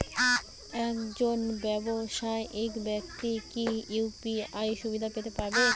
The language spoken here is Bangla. একজন ব্যাবসায়িক ব্যাক্তি কি ইউ.পি.আই সুবিধা পেতে পারে?